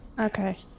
Okay